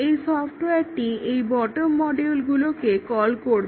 এই সফটওয়্যারটি এই বটম মডিউলগুলোকে কল করবে